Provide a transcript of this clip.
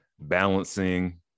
balancing